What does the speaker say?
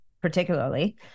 particularly